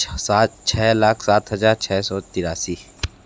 सात छः लाख सात हज़ार छः सौ तिरासी